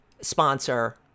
sponsor